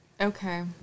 Okay